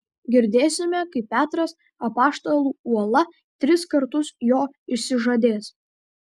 girdėsime kaip petras apaštalų uola tris kartus jo išsižadės